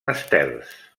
estels